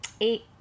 eight